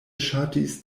ŝatis